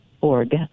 Org